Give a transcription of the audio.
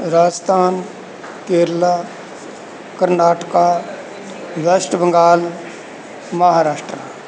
Rajasthan Kerala Karnataka West Bengal Maharashtra